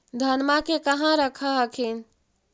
धनमा के कहा रख हखिन?